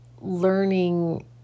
learning